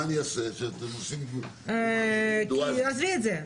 מה אני יעשה שאתם עושים --- תעזבי את זה.